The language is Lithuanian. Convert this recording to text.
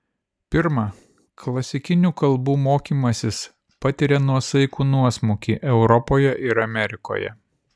pirma klasikinių kalbų mokymasis patiria nuosaikų nuosmukį europoje ir amerikoje